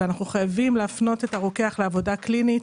אנחנו חייבים להפנות את הרוקח לעבודה קלינית